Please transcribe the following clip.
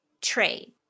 trade